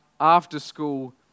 after-school